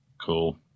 Cool